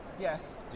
Yes